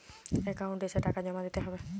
Account এসে টাকা জমা দিতে হবে?